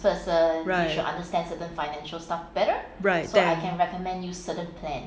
right right